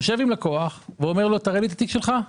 יושב עם לקוח ואומר לי תראה לי את התיק שלך.